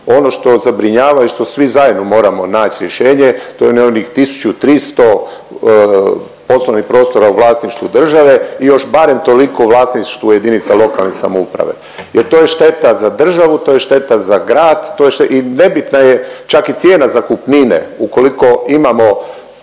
Ono što zabrinjava i što svi zajedno moramo nać rješenje, to je onih 1300 poslovnih prostora u vlasništvu države i još barem toliko u vlasništvu jedinica lokalne samouprave jer to je šteta za državi, to je šteta za grad, to je i nebitna je čak i cijena zakupnine ukoliko imamo